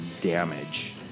damage